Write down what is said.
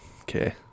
okay